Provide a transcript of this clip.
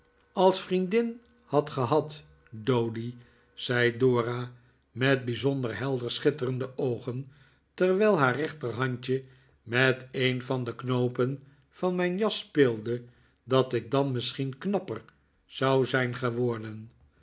als vriendin had gehad doady zei dora met bijzonder helder schitterende oogen terwijl haar rechterhandje met een van de knoopen van mijn jas speelde dat ik dan misschien knapper zou zijn geworden